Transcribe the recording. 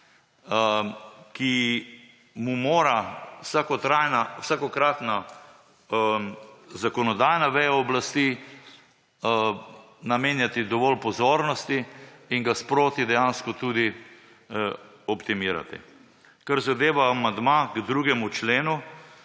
ki mu mora vsakokratna zakonodajna veja oblasti namenjati dovolj pozornosti in ga sproti dejansko tudi optimirati. Kar zadeva amandma k drugemu členu,